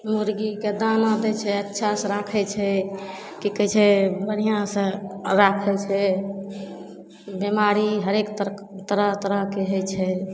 मुरगीके दाना दै छै अच्छासे राखै छै कि कहै छै बढ़िआँसे राखै छै बेमारी हरेक तरह तरह तरहके होइ छै